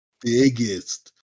biggest